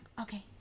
Okay